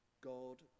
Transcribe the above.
God